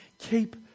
keep